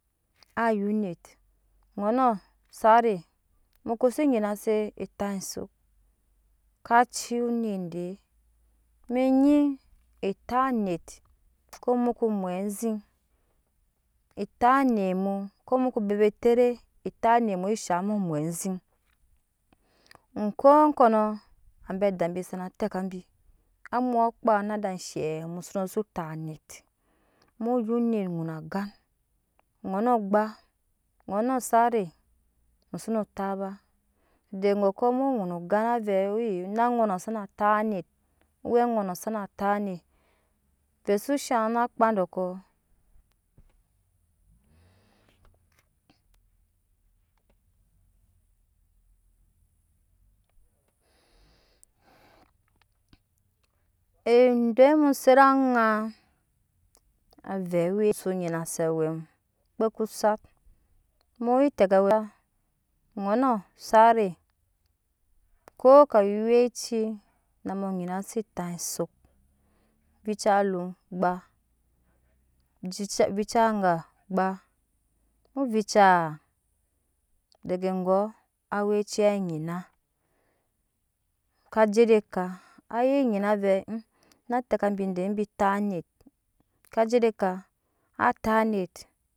Ayu onet ŋono sava mu ko si nyina se etai ezut ka ci yu onet de mi nyi etap anet ko moko mwe aziŋ etap anet mu ko muko bebe tee etap anet mu ezhaŋ mu mwe aziŋ okolkɔnɔ be adabi sana teka bi amwo kpara nada zhe mu zo no se tap amet muya onet ŋun gan ŋoŋ gba ŋɔnɔ sare muso no tap ba dege gokɔ mu ŋun gan avɛ na ŋɔnɔ sana tap anet owɛ ŋɔnɔ suna tap anet. owe ŋɔnɔ suna tap anet ovɛ so zhaŋ na kpa dɔkɔ ede mu se aŋa ave we musa nyina se awɛ mu ŋunɔ sare ko ka we owɛci na mu nyina se etap esok vica alum gba vica anga gba mu vicaa de ge go awɛci angina ka je de ka anyi nyina vɛ na te ka bi de vɛ bi tap anet ka je ede ka atap anet